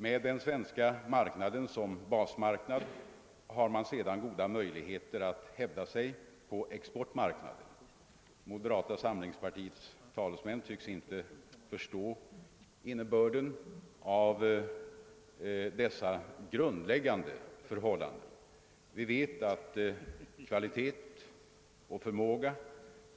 Med den svenska marknaden som bas har vår läkemedelsindustri goda möjligheter att hävda sig på exportmarknaden. Moderata samlingspartiets talesmän tycks inte förstå innebörden av dessa grundläggande förhållanden. Men vi vet att kvalitet och förmåga